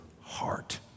heart